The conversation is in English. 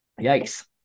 Yikes